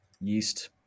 yeast